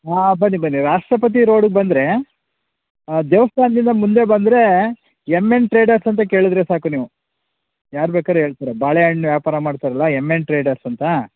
ಹಾಂ ಬನ್ನಿ ಬನ್ನಿ ರಾಷ್ಟ್ರಪತಿ ರೋಡುಗೆ ಬಂದರೆ ದೇವಸ್ಥಾನ್ದಿಂದ ಮುಂದೆ ಬಂದರೆ ಎಮ್ ಎನ್ ಟ್ರೇಡರ್ಸ್ ಅಂತ ಕೇಳಿದರೆ ಸಾಕು ನೀವು ಯಾರು ಬೇಕಾರೂ ಹೇಳ್ತಾರೆ ಬಾಳೆಹಣ್ಣು ವ್ಯಾಪಾರ ಮಾಡ್ತಾರಲ್ಲ ಎಮ್ ಎನ್ ಟ್ರೇಡರ್ಸ್ ಅಂತ